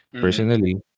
personally